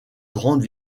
grande